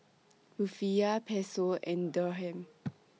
Rufiyaa Peso and Dirham